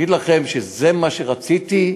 להגיד לכם שזה מה שרציתי?